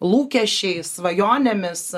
lūkesčiais svajonėmis